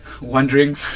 wondering